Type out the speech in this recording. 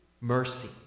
mercy